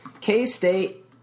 K-State